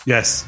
Yes